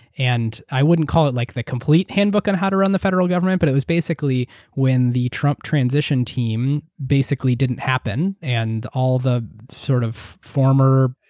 and i wouldn't call it like the complete handbook on how to run the federal government, but it was basically when the trump transition team basically didn't happen and all the sort of former,